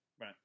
right